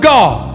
God